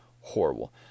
horrible